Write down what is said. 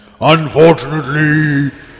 Unfortunately